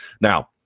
Now